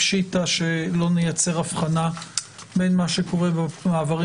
פשיטא שלא נייצר הבחנה בין מה שקורה במעברים